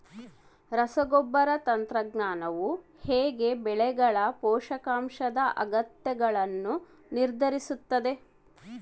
ರಸಗೊಬ್ಬರ ತಂತ್ರಜ್ಞಾನವು ಹೇಗೆ ಬೆಳೆಗಳ ಪೋಷಕಾಂಶದ ಅಗತ್ಯಗಳನ್ನು ನಿರ್ಧರಿಸುತ್ತದೆ?